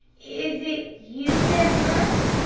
is it you that have hushed?